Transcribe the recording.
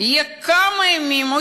יהיה כמה ימים,